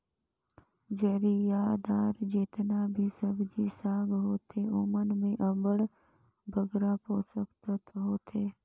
जरियादार जेतना भी सब्जी साग होथे ओमन में अब्बड़ बगरा पोसक तत्व होथे